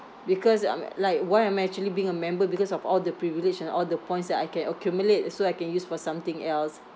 because um like why am I actually being a member because of all the privilege and all the points that I can accumulate so I can use for something else